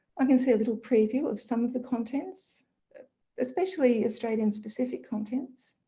i can see a little preview of some of the contents especially australian specific contents.